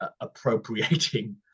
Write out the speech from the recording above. appropriating